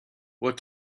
what